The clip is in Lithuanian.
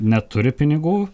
neturi pinigų